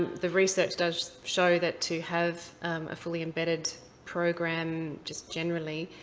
the research does show that to have a fully-embedded program, just generally,